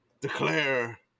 declare